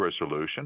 resolution